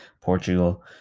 portugal